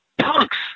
Punks